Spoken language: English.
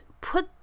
put